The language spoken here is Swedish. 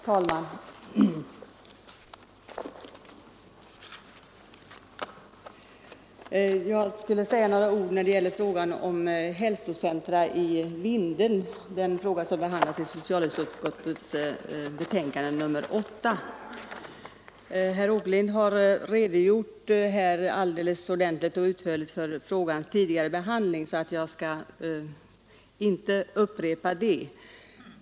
Herr talman! Jag skall säga några ord om hälsocentrum i Vindeln, den fråga som behandlas i socialutskottets betänkande nr 8. Herr Åkerlind har utförligt redogjort för frågans tidigare behandling, och jag skall inte upprepa det.